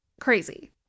Crazy